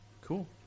Cool